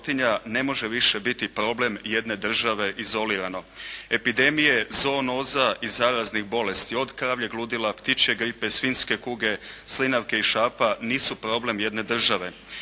ne može više biti problem jedne države izolirano. Epidemije zoonoza i zaraznih bolesti od kravljeg ludila, ptičje gripe, svinjske kuge, slinavke i šapa nisu problem jedne države.